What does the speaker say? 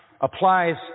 applies